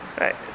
right